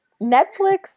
Netflix